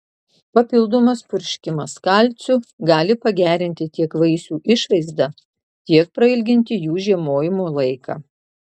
papildomas purškimas kalciu gali pagerinti tiek vaisių išvaizdą tiek prailginti jų žiemojimo laiką